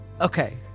Okay